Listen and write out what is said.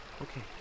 Okay